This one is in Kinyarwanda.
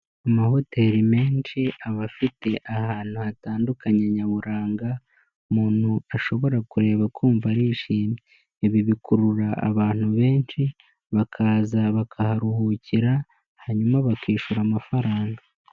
Amahoteli menshi aba afite ahantu hatandukanye nyaburanga, umuntu ashobora kureba kumva arishimye, ibi bikurura abantu benshi, bakaza bakaharuhukira, hanyuma bakishyura amafaranga.